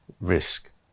risk